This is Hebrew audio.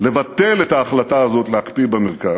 לבטל את ההחלטה הזאת להקפיא במרכז,